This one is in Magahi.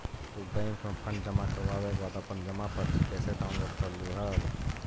तू बैंक में फंड जमा करवावे के बाद अपन जमा पर्ची कैसे डाउनलोड करलू हल